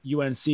UNC